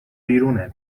بیرونه